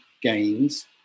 gains